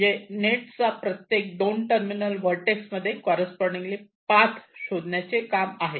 म्हणजे नेट चा प्रत्येक 2 टर्मिनल व्हर्टेक्स मध्ये कॉररेस्पॉन्डिन्गली पाथ शोधण्याचे काम आहे